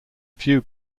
few